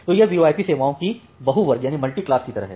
तो यह वीओआईपी सेवाओं के बहु वर्ग की तरह है